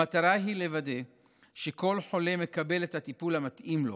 המטרה היא לוודא שכל חולה מקבל את הטיפול המתאים לו.